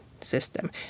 system